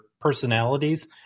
personalities